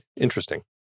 interesting